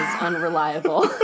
unreliable